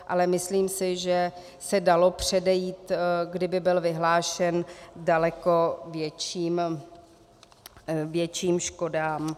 Ale myslím si, že se dalo předejít, kdyby byl vyhlášen, daleko větším škodám.